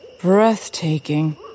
breathtaking